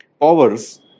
powers